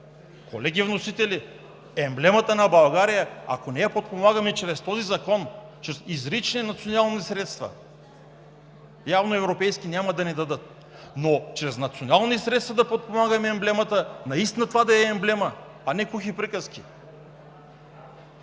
Колеги вносители, емблемата на България, ако не я подпомагаме чрез този закон, чрез изрични национални средства, явно европейски няма да ни дадат, но чрез национални средства да подпомогнем емблемата и наистина това да е емблема, а не кухи приказки!